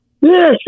Yes